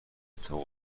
اتفاق